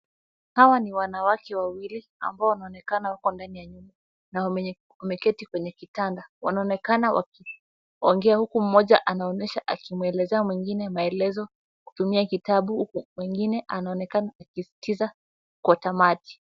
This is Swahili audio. Hawa ni wanawake wawili ambao wanaonekana wako ndani ya nyumba na wameketi kwenye kitanda. Wanaonekana wakiongea huku moja anaonyesha akimweleza mwingine maelezo kutumia kitabu huku mwingine anaonekana akisikiza kwa thamaji.